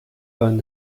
von